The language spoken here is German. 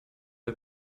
der